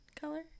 color